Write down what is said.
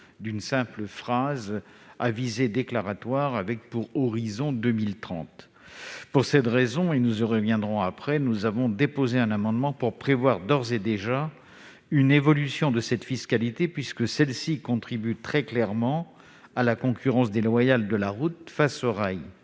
à une simple phrase à visée déclaratoire avec pour horizon 2030. C'est la raison pour laquelle nous avons déposé un amendement visant à prévoir d'ores et déjà une évolution de la fiscalité, puisque celle-ci contribue très clairement à la concurrence déloyale de la route face au rail.